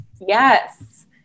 Yes